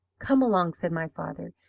come along said my father.